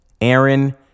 Aaron